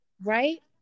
Right